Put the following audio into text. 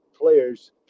players